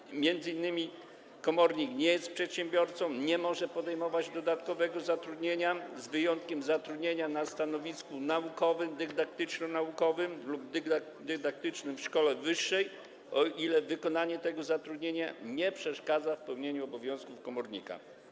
Komornik m.in. nie jest przedsiębiorcą, nie może podejmować dodatkowego zatrudnienia, z wyjątkiem zatrudnienia na stanowisku naukowym, dydaktyczno-naukowym lub dydaktycznym szkoły wyższej, o ile wykonywanie tego zatrudnienia nie przeszkadza w pełnieniu obowiązków komornika.